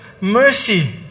mercy